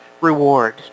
reward